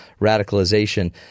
radicalization